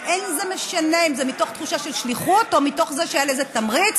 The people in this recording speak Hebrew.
וזה לא משנה אם זה מתוך תחושת שליחות או מתוך זה שהיה לזה תמריץ,